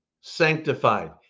sanctified